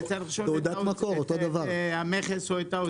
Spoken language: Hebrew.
את זה צריך לשאול את המכס או את האוצר.